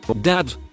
Dad